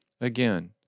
Again